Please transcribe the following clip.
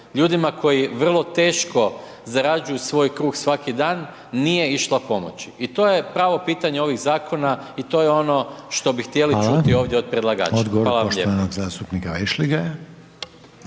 ljudima koji vrlo teško zarađuju svoj kruh svaki dan nije išla pomoći. I to je pravo pitanje ovih zakona i to je ono što bi htjeli čuti …/Upadica: